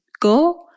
go